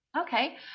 okay